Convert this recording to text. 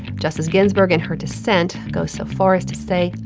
justice ginsburg in her dissent goes so far as to say,